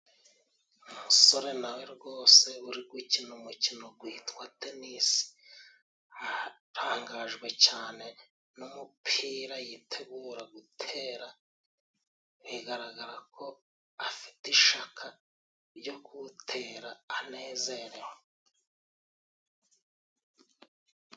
Umusore nawe rwose uri gukina umukino gwitwa tenisi ,hatangajwe cane n'umupira yitegura gutera bigaragara ko afite ishaka ryo kuwutera anezerewe.